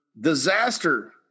disaster